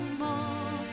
more